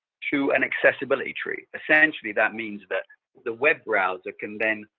to an accessibility tree. essentially, that means that the web browser can then